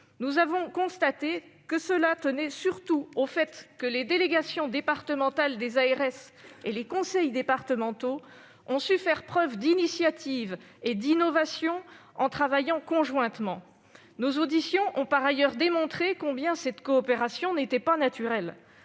nous avons constaté que le succès tenait surtout au fait que les délégations départementales des ARS et les conseils départementaux avaient su faire preuve d'initiative et d'innovation, en travaillant conjointement. Nos auditions ont par ailleurs montré combien cette coopération n'était pas naturelle.